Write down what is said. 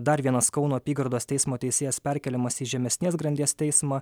dar vienas kauno apygardos teismo teisėjas perkeliamas į žemesnės grandies teismą